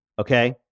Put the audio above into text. okay